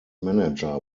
manager